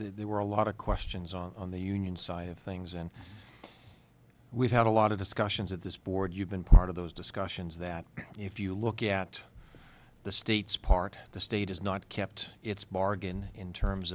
there were a lot of questions on the union side of things and we've had a lot of discussions at this board you've been part of those discussions that if you look at the state's part of the state has not kept its bargain in terms